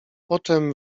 poczem